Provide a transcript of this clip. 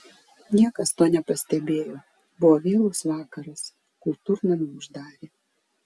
niekas to nepastebėjo buvo vėlus vakaras kultūrnamį uždarė